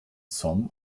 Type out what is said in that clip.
some